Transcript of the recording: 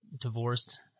divorced